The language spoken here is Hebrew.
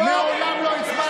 אני מעולם, מעולם לא הצבעתי.